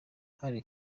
hari